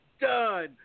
done